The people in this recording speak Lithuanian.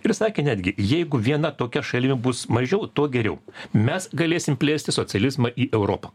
ir sakė netgi jeigu viena tokia šalimi bus mažiau tuo geriau mes galėsim plėsti socializmą į europą